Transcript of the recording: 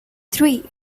three